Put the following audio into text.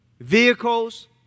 vehicles